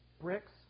bricks